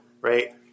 Right